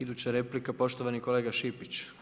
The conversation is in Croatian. Iduća replika, poštovani kolega Šipić.